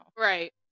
Right